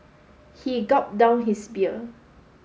he gulped down his beer